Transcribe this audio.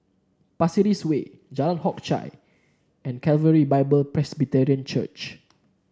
Pasir Ris Way Jalan Hock Chye and Calvary Bible Presbyterian Church